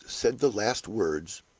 said the last words,